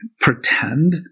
pretend